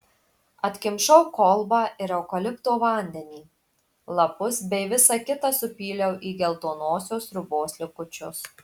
atkimšau kolbą ir eukalipto vandenį lapus bei visa kita supyliau į geltonosios sriubos likučius